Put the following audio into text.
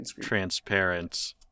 transparent